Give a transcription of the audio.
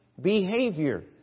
behavior